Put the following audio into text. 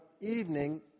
evening